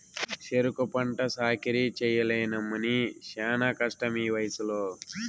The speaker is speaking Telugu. సెరుకు పంట సాకిరీ చెయ్యలేనమ్మన్నీ శానా కష్టమీవయసులో